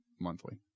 monthly